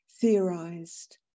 theorized